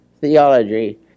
theology